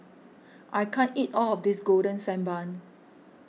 I can't eat all of this Golden Sand Bun